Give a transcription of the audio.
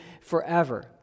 forever